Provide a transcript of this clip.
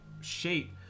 shape